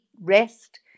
rest